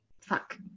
fuck